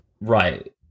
Right